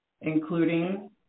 including